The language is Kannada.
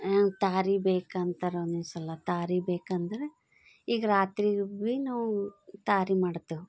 ತಾರಿ ಬೇಕಂತಾರ ಒಂದೊಂದ್ಸಲ ತಾರಿಬೇಕೆಂದ್ರೆ ಈಗ ರಾತ್ರಿಗೆ ಭೀ ನಾವು ತಾರಿ ಮಾಡ್ತೇವೆ